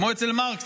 כמו אצל מרקס,